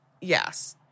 Yes